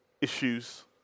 issues